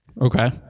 okay